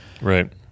Right